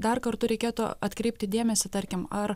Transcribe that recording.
dar kartu reikėtų atkreipti dėmesį tarkim ar